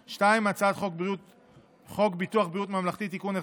2. הצעת חוק ביטוח בריאות ממלכתי (תיקון,